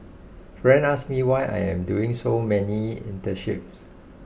friends ask me why I am doing so many internships